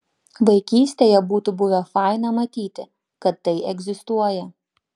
vaikystėje būtų buvę faina matyti kad tai egzistuoja